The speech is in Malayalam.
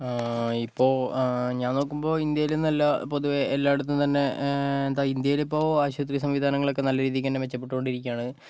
ഇപ്പോൾ ഞാൻ നോക്കുമ്പോൾ ഇന്ത്യയിലെന്നല്ലാ പൊതുവെ എല്ലായിടത്തും തന്നെ എന്താ ഇന്ത്യയിലിപ്പോൾ ആശുപത്രി സംവിധാനങ്ങളൊക്കെ നല്ല രീതിക്ക് തന്നെ മെച്ചപ്പെട്ടോണ്ടിരിക്കുവാണ്